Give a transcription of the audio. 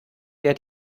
der